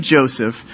Joseph